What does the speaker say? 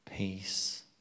Peace